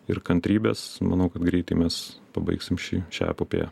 ir kantrybės manau kad greitai mes pabaigsim šį šią epopėją